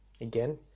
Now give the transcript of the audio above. Again